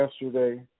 yesterday